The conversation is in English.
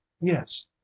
yes